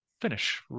finish